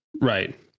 right